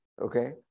Okay